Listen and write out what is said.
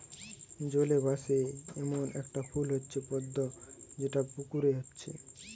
জলে ভাসে এ্যামন একটা ফুল হচ্ছে পদ্ম যেটা পুকুরে হচ্ছে